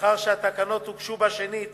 לאחר שהתקנות הוגשו שנית